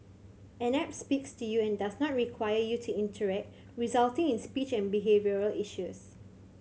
an app speaks to you and does not require you to interact resulting in speech and behavioural issues